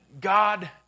God